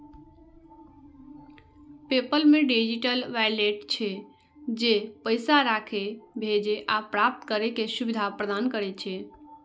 PayPal मे digital wallet छै, जे पैसा राखै, भेजै आ प्राप्त करै के सुविधा प्रदान करै छै